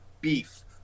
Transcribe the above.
beef